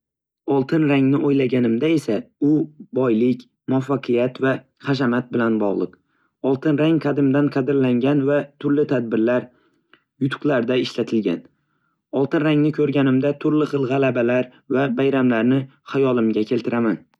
Oltin rangni o'ylaganimda esa, u boylik, muvaffaqiyat va hashamat bilan bog'liq. Oltin rang qadimdan qadrlangan va turli tadbirlar va yutuqlarda ishlatilgan. Oltin rangni ko'rganimda, turli xil g'alabalar va bayramlarni xayolimga keltiraman.